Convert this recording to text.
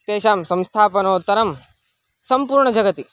तेषां संस्थापनोत्तरं सम्पूर्ण जगति